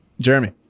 Jeremy